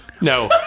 No